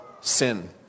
sin